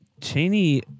Cheney